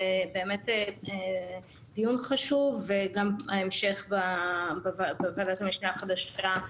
הדיון הוא באמת חשוב וגם ההמשך בוועדת המשנה החדשה,